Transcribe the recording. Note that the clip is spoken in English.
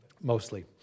mostly